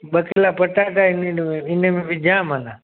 ॿ किला पटाटा आहिनि हिनमें हिनमें विझां मना